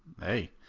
Hey